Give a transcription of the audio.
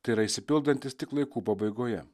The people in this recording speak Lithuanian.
tai yra išsipildantis tik laikų pabaigoje